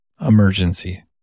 emergency